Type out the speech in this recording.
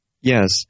Yes